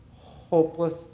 Hopeless